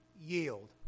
yield